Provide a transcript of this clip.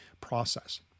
process